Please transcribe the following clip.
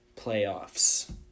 playoffs